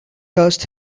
touched